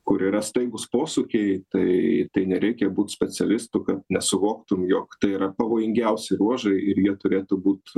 kur yra staigūs posūkiai tai tai nereikia būt specialistu kad nesuvoktum jog tai yra pavojingiausi ruožai ir jie turėtų būt